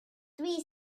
three